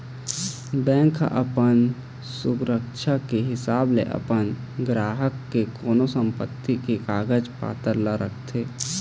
bank ह अपन सुरक्छा के हिसाब ले अपन गराहक के कोनो संपत्ति के कागज पतर ल रखथे